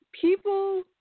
people